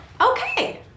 Okay